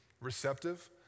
receptive